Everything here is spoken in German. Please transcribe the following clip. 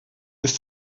ist